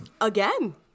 Again